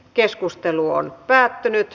keskustelua ei syntynyt